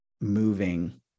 moving